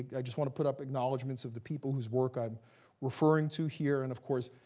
i just want to put up acknowledgments of the people whose work i'm referring to here. and of course,